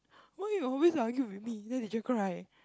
why you always argue with me then the teacher cry